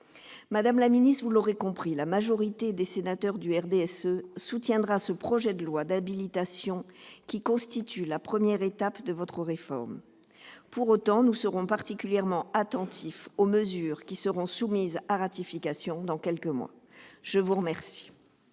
Madame la ministre, vous l'aurez compris, la majorité des sénateurs du RDSE soutiendra ce projet de loi d'habilitation, qui constitue la première étape de votre réforme. Pour autant, nous serons particulièrement attentifs aux mesures qui seront soumises à ratification dans quelques mois. La parole